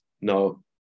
No